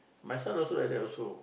my son also like that also